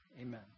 Amen